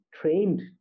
trained